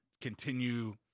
continue